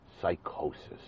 psychosis